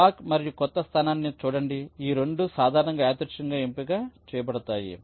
ఈ బ్లాక్ మరియు క్రొత్త స్థానాన్ని చూడండి ఈ రెండూ సాధారణంగా యాదృచ్ఛికంగా ఎంపిక చేయబడతాయి